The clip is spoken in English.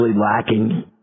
lacking